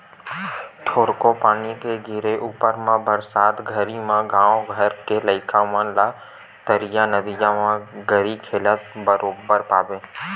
थोरको पानी के गिरे ऊपर म बरसात घरी म गाँव घर के लइका मन ला तरिया नदिया म गरी खेलत बरोबर पाबे